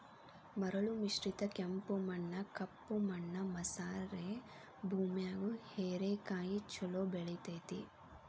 ಮರಳು ಮಿಶ್ರಿತ ಕೆಂಪು ಮಣ್ಣ, ಕಪ್ಪು ಮಣ್ಣು ಮಸಾರೆ ಭೂಮ್ಯಾಗು ಹೇರೆಕಾಯಿ ಚೊಲೋ ಬೆಳೆತೇತಿ